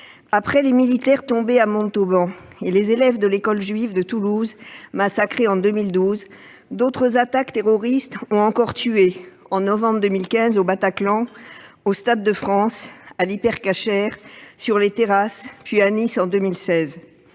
Après les militaires tombés à Montauban et les élèves de l'école juive de Toulouse, massacrés en 2012, d'autres attaques terroristes ont encore tué en novembre 2015, au Bataclan, au Stade de France, à l'Hyper Cacher, sur les terrasses, puis à Nice en 2016,